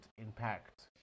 impact